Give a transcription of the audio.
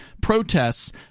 protests